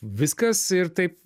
viskas ir taip